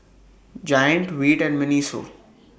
Giant Veet and Miniso